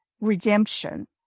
redemption